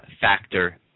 factor